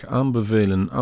aanbevelen